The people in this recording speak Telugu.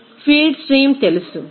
09 0